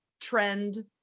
trend